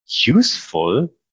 useful